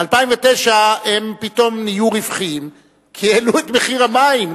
ב-2009 הם פתאום נהיו רווחיים כי העלו את מחיר המים,